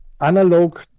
analog